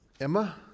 emma